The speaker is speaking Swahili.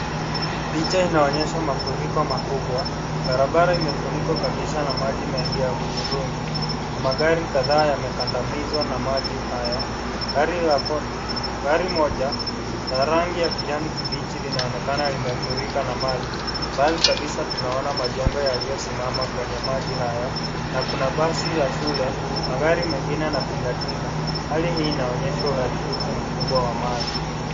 Picha inaonyesha mafuriko makubwa. Barabara imefunikwa kabisa na maji mengi ya hudhurungi na magari kadhaa yamekandamizwa na maji hayo. Gari moja la rangi ya kijani kibichi linaonekana limefurika na maji. Mbali kabisa tunaona majengo yaliyosimama kwenye maji haya na kuna basi la shule, magari mengine na tingatinga. Hali hii inaonyesha uharibifu mkubwa wa mali.